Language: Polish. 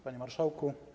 Panie Marszałku!